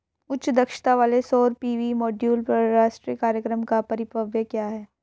उच्च दक्षता वाले सौर पी.वी मॉड्यूल पर राष्ट्रीय कार्यक्रम का परिव्यय क्या है?